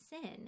sin